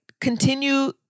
Continue